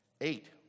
Eight